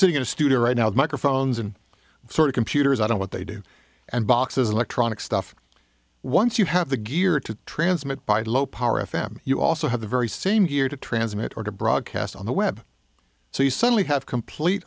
sitting in a studio right now the microphones and sort of computers i don't what they do and boxes electronic stuff once you have the gear to transmit by low power f m you also have the very same gear to transmit or to broadcast on the web so you certainly have complete